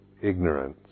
ignorance